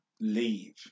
leave